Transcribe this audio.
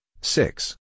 six